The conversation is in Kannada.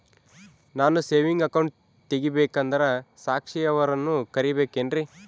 ನಾನು ಸೇವಿಂಗ್ ಅಕೌಂಟ್ ತೆಗಿಬೇಕಂದರ ಸಾಕ್ಷಿಯವರನ್ನು ಕರಿಬೇಕಿನ್ರಿ?